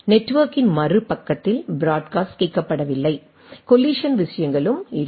நெட்வொர்க்கின் மறுபக்கத்தில் பிராட்காஸ்ட் கேட்கப்படவில்லை கொல்லிசன் விஷயங்களும் இல்லை